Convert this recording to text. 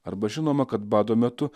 arba žinoma kad bado metu